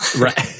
Right